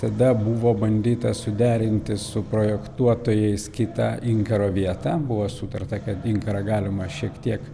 tada buvo bandyta suderinti su projektuotojais kitą inkaro vietą buvo sutarta kad inkarą galima šiek tiek